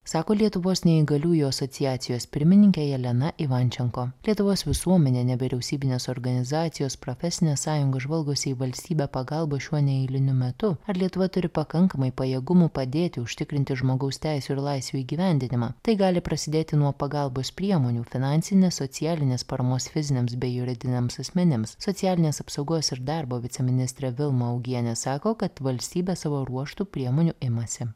sako lietuvos neįgaliųjų asociacijos pirmininkė jelena ivančenko lietuvos visuomenė nevyriausybinės organizacijos profesinės sąjungos žvalgosi į valstybę pagalbos šiuo neeiliniu metu ar lietuva turi pakankamai pajėgumų padėti užtikrinti žmogaus teisių ir laisvių įgyvendinimą tai gali prasidėti nuo pagalbos priemonių finansinės socialinės paramos fiziniams bei juridiniams asmenims socialinės apsaugos ir darbo viceministrė vilma augienė sako kad valstybė savo ruožtu priemonių imasi